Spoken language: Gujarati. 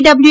ડબલ્યુ